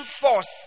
force